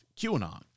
QAnon